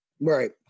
right